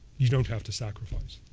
you don't have to sacrifice.